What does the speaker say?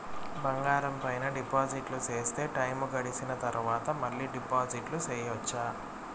బంగారం పైన డిపాజిట్లు సేస్తే, టైము గడిసిన తరవాత, మళ్ళీ డిపాజిట్లు సెయొచ్చా?